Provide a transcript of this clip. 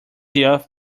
youth